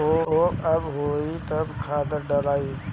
बोआई होई तब कब खादार डालाई?